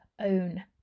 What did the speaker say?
own